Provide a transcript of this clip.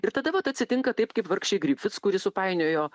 ir tada vat atsitinka taip kaip vargšei grific kuri supainiojo